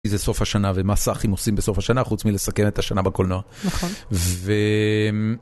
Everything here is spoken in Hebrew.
כי זה סוף השנה ומה סאחים עושים בסוף השנה חוץ מלסכם את השנה בקולנוע. נכון. ו...